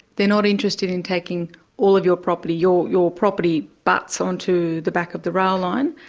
they're not interested in taking all of your property. your your property butts on to the back of the rail line,